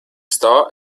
star